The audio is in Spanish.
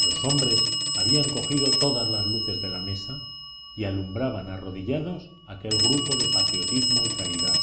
los hombres habían cogido todas las luces de la mesa y alumbraban arrodillados aquel grupo de patriotismo y caridad